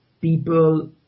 people